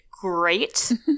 great